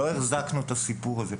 ולא החזקנו את הסיפור הזה.